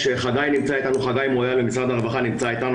חגי מויאל ממשרד הרווחה נמצא אתנו,